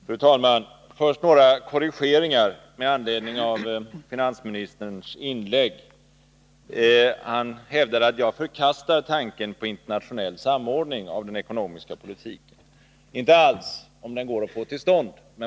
Fru talman! Först några korrigeringar med anledning av finansministerns inlägg. Han hävdade att jag förkastar tanken på internationell samordning av den ekonomiska politiken. Inte alls, om den går att få till stånd.